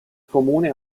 comune